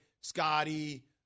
Scotty